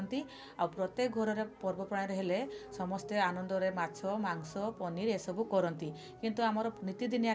ଆଉ ପ୍ରତ୍ୟେକ ଘରର ପର୍ବପର୍ବାଣୀ ହେଲେ ସମସ୍ତେ ଆନନ୍ଦରେ ମାଛ ମାଂସ ପନିର ଏସବୁ କରନ୍ତି କିନ୍ତୁ ଆମର ନିତିଦିନିଆ ଖାଦ୍ୟ